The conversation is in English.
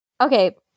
Okay